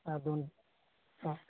है दोनो है क